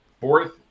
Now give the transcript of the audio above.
fourth